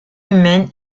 humaines